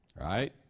right